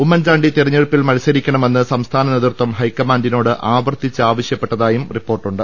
ഉമ്മൻചാണ്ടി തെരഞ്ഞെടുപ്പിൽ മത്സരിക്കണമെന്ന് സംസ്ഥാന നേതൃത്വം ഹൈക്കമാന്റി നോട് ആവർത്തിച്ച് ആവശ്യപ്പെട്ടതായും റിപ്പോർട്ടുണ്ട്